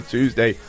Tuesday